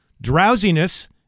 drowsiness